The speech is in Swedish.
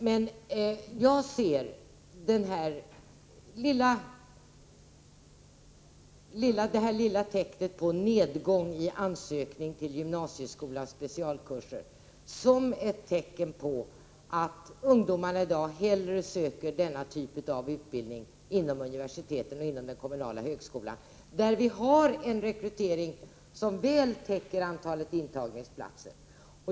Men jag ser den här lilla tendensen till nedgång i antalet ansökningar till gymnasieskolans specialkurser som ett tecken på att ungdomarna i dag hellre söker denna typ av utbildning inom universiteten och inom den kommunala högskolan, där vi har en rekrytering som väl täcker antalet intagningsplatser.